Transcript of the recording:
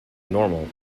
normal